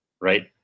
right